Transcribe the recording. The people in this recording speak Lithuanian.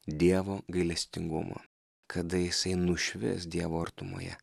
dievo gailestingumo kada jisai nušvis dievo artumoje